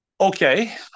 Okay